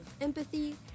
empathy